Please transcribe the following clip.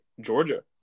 Georgia